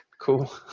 cool